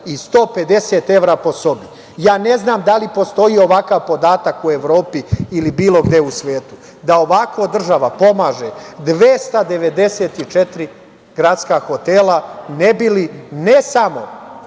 i 150 evra po sobi. Ja ne znam da li postoji ovakav podatak u Evropi ili bilo gde u svetu da ovako država pomaže 294 gradska hotela ne bi li ne samo